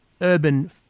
urban